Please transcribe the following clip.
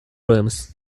rooms